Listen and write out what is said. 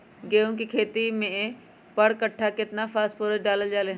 गेंहू के खेती में पर कट्ठा केतना फास्फोरस डाले जाला?